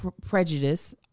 prejudice